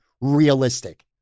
realistic